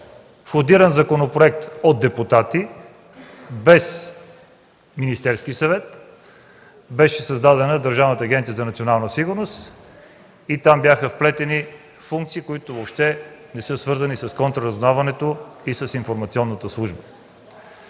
входиран законопроект от депутати, без Министерския съвет, беше създадена Държавна агенция „Национална сигурност” и там бяха вплетени функции, които въобще не са свързани с контраразузнаването и с информационната служба.